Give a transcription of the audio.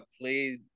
played